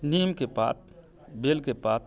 नीमके पात बेलके पात